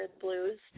blues